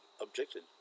objected